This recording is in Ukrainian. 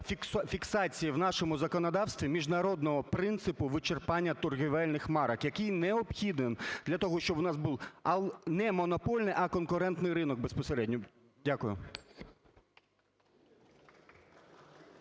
фіксації в нашому законодавстві міжнародного принципу вичерпання торгівельних марок, який необхідний для того, щоб у нас був не монопольний, а конкурентний ринок безпосередньо. Дякую.